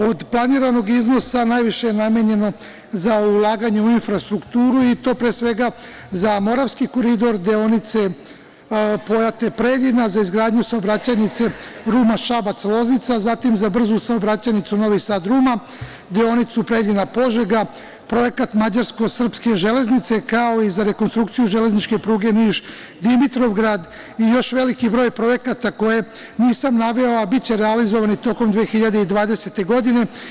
Od planiranog iznosa najviše je namenjeno za ulaganje u infrastrukturu, pre svega za Moravski koridor deonice Pojate – Preljina, za izgradnju saobraćajnice Ruma – Šabac – Loznica, zatim za brzu saobraćajnicu Novi Sad – Ruma, deonicu Preljina – Požega, projekat Mađarsko – Srpske železnice, kao i za rekonstrukciju železničke pruge Niš – Dimitrovgrad i još veliki broj projekata koje nisam naveo, a biće realizovano tokom 2020. godine.